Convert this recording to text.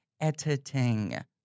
editing